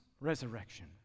resurrection